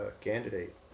candidate